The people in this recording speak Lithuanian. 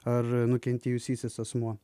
ar nukentėjusysis asmuo